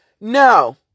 No